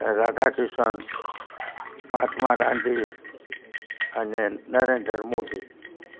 રાધા કિશન મહાત્મા ગાંધી અને નરેન્દ્ર મોદી